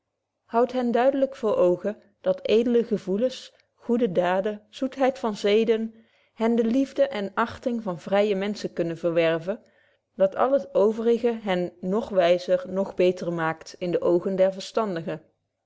houdt hen duidelyk voor oogen dat edele gevoelens goede daden zoetheid van zeden hen de liefde en achting van vrye menschen kunnen verwerven dat al het overige hen noch wyzer noch beter maakt in de oogen der verstandigen